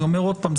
אני אומר עוד פעם,